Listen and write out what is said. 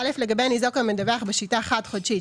לגבי ניזוק המדווח בשיטה חד-חודשית,